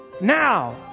now